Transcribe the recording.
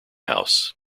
house